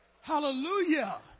Hallelujah